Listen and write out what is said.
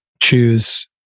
choose